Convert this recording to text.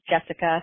jessica